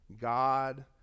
God